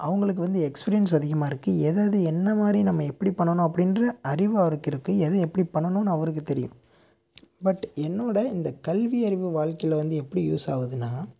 அவங்களுக்கு வந்து எக்ஸ்பீரியன்ஸ் அதிகமாக இருக்குது எததெது என்ன மாதிரி நம்ம எப்படி பண்ணணும் அப்படின்ற அறிவு அவருக்கு இருக்குது எதை எப்படி பண்ணணுன்னு அவருக்கு தெரியும் பட் என்னோட இந்த கல்வி அறிவு வாழ்க்கைல வந்து எப்படி யூஸ் ஆகுதுனா